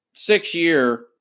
Six-year